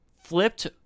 flipped